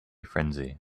frenzy